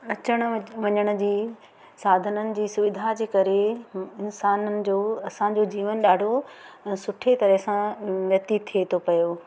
अचण वञण जी साधननि जी सुविधा जे करे इंसाननि जो असांजो जीवन ॾाढो सुठे तरह सां व्यतीत थिए थो पियो